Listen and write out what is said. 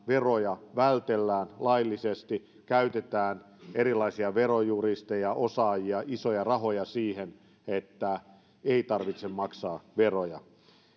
veroja vältellään nimenomaan laillisesti käytetään erilaisia verojuristeja osaajia isoja rahoja siihen että ei tarvitse maksaa veroja